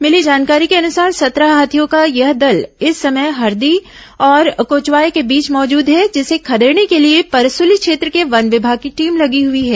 मिली जानकारी के अनुसार सत्रह हाथियों का यह दल इस समय हरदी और कोचवाय के बीच मौजूद हैं जिसे खदेड़ने के लिए परसुली क्षेत्र के वन विभाग की टीम लगी हुई है